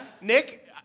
Nick